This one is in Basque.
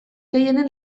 gehienen